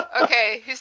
Okay